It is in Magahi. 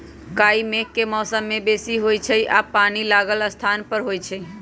काई मेघ के मौसम में बेशी होइ छइ आऽ पानि लागल स्थान पर होइ छइ